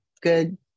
good